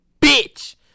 bitch